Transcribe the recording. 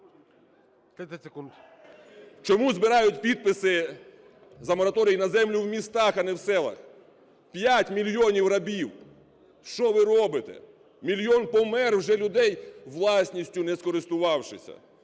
Чому збирають підписи за мораторій на землю в містах, а не в селах? 5 мільйонів рабів. Що ви робите? Мільйон помер вже людей, власністю не скористувавшись.